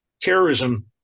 terrorism